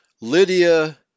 Lydia